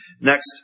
next